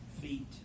feet